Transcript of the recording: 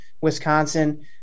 Wisconsin